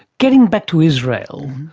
getting back to israel,